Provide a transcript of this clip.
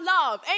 love